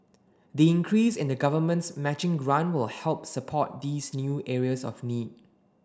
the increase in the Government's matching grant will help support these new areas of need